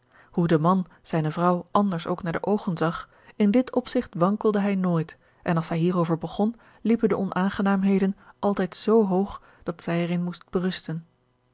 hoe de man zijne vrouw anders ook naar de oogen zag in dit opzigt wankelde hij nooit en als zij hierover begon liepen de onaangenaamheden altijd zoo hoog dat zij er in moest berusten